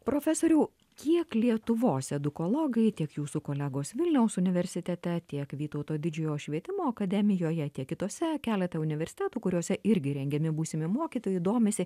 profesoriau kiek lietuvos edukologai tiek jūsų kolegos vilniaus universitete tiek vytauto didžiojo švietimo akademijoje tiek kitose keleta universitetų kuriose irgi rengiami būsimi mokytojai domisi